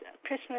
Christmas